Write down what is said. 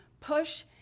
push